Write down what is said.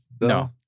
No